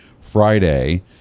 Friday